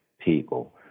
people